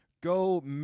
Go